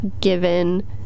given